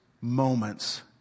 moments